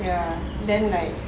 ya then like